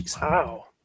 Wow